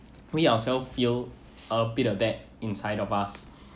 we ourselves feel a bit of that inside of us